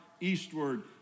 eastward